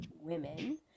women